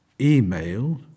email